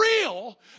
real